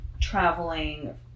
traveling